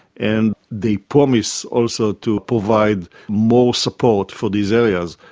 and they promise also to provide more support for these areas,